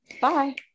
Bye